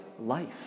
life